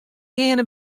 geane